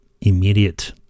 immediate